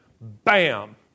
bam